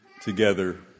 together